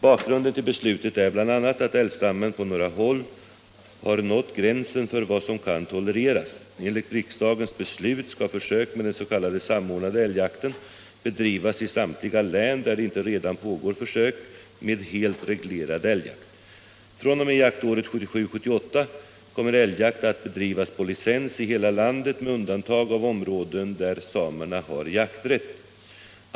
Bakgrunden till beslutet är bl.a. att älgstammen på några håll har nått gränsen av älgstammen för vad som kan tolereras. Enligt riksdagens beslut skall försök med den s.k. samordnade älgjakten bedrivas i samtliga län där det inte redan pågår försök med helt reglerad älgjakt. fr.o.m. jaktåret 1977/78 kommer älgjakt att bedrivas på licens i hela landet med undantag av områden där samerna har jakträtt.